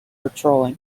patrolling